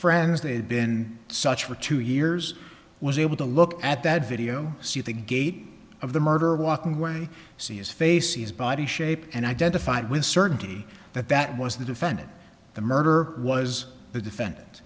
friends they had been such for two years was able to look at that video see the gate of the murderer walking away see his face his body shape and identified with certainty that that was the defendant the murder was the defendant